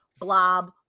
blob